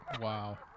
Wow